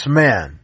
man